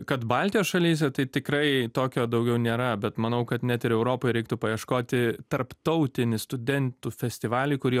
kad baltijos šalyse tai tikrai tokio daugiau nėra bet manau kad net ir europai reiktų paieškoti tarptautinį studentų festivalį kurį